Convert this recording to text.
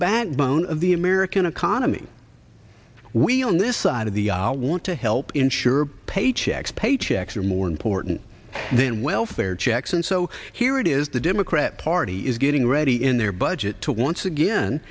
backbone of the american economy we on this side of the aisle want to help ensure paychecks paychecks are more important than welfare checks and so here it is the democrat party is getting ready in their budget to once again